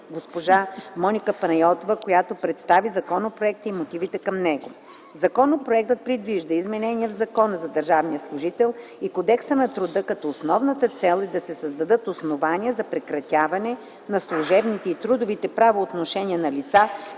госпожа Моника Панайотова, която представи законопроекта и мотивите към него. Законопроектът предвижда изменения в Закона за държавния служител и Кодекса на труда като основната цел е да се създадат основания за прекратяване на служебните и трудовите правоотношения на лица,